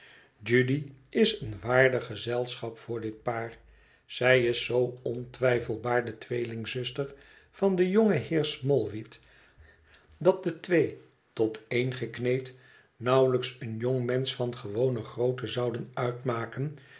judy is een waardig gezelschap voor dit paar zij is zoo ontwijfelbaar de tweelingzuster van den jongen heer smallweed dat de twee tot een gekneed nauwelijks een jongmensch van gewone grootte zouden uitmaken